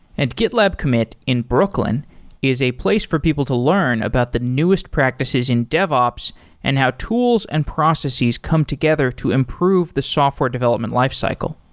and gitlab commit in brooklyn is a place for people to learn about the newest practices in dev ops and how tools and processes come together to improve the software development lifecycle.